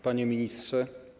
Panie Ministrze!